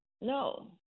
No